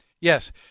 Yes